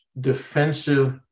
defensive